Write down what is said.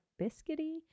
biscuity